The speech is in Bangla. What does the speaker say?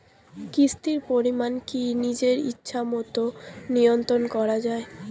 কিস্তির পরিমাণ কি নিজের ইচ্ছামত নিয়ন্ত্রণ করা যায়?